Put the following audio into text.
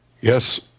Yes